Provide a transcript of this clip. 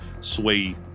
sway